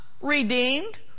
redeemed